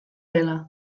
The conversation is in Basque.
dela